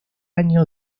año